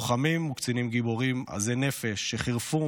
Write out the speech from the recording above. לוחמים וקצינים גיבורים עזי נפש שחירפו,